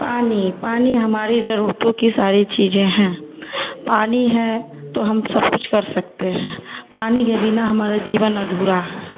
پانی پانی ہماری ضرورتوں کی ساری چیزیں ہیں پانی ہے تو ہم سب کچھ کر سکتے ہیں پانی کے بنا ہمارا جیون ادھورا ہے